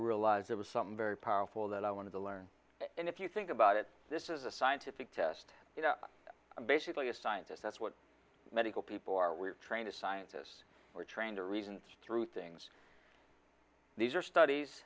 realized there was some very powerful that i wanted to learn and if you think about it this is a scientific test you know i'm basically a scientist that's what medical people are we're trained as scientists we're trained to reasons through things these are studies